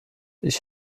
ich